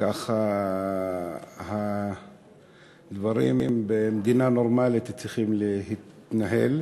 ככה הדברים במדינה נורמלית צריכים להתנהל.